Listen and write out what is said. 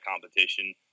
competition